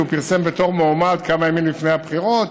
שהוא פרסם בתור מועמד כמה ימים לפני הבחירות.